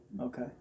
okay